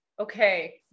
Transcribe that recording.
okay